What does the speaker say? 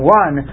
one